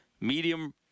Medium